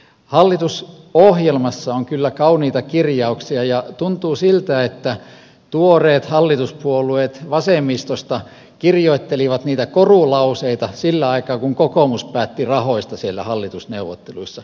hallitusohjelmassa on kyllä kauniita kirjauksia ja tuntuu siltä että tuoreet hallituspuolueet vasemmistosta kirjoittelivat niitä korulauseita sillä aikaa kun kokoomus päätti rahoista siellä hallitusneuvotteluissa